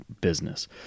business